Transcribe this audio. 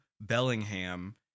Bellingham